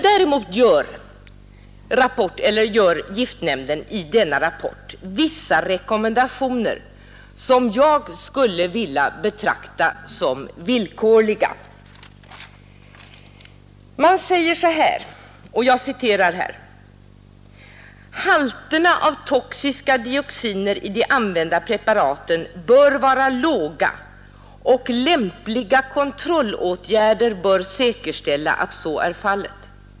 Däremot gör giftnämnden i denna rapport vissa rekommendationer, som jag skulle vilja betrakta som villkorliga. Man säger så här: ”Halterna av toxiska dioxiner i de använda preparaten bör vara låga och lämpliga kontrollåtgärder bör säkerställa att så är fallet.